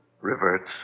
reverts